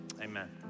amen